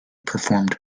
performed